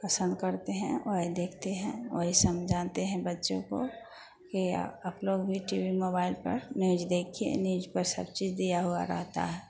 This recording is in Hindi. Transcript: पसंद करते हैं वही देखते हैं वही समझाते हैं बच्चों को कि आप लोग भी टी बी मोबाइल पर न्यूज देखिए न्यूज पर सब चीज दिया हुआ रहता है